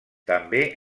també